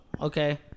Okay